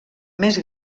més